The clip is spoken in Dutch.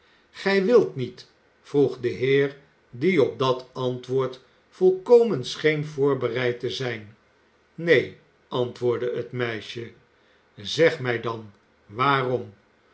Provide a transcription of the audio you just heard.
gij wilt niet vroeg de heer die op dat antwoord volkomen scheen voorbereid te rijn neen antwoordde het meisje zeg mij dan waarom